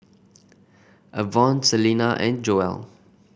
Avon Celina and Joel